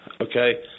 okay